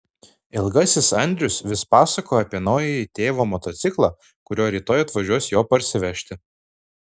ilgasis andrius vis pasakojo apie naująjį tėvo motociklą kuriuo rytoj atvažiuos jo parsivežti